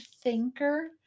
Thinker